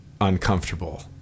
uncomfortable